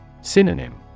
Synonym